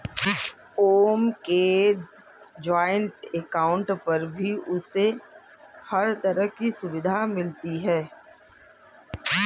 ओम के joint account पर भी उसे हर तरह की सुविधा मिलती है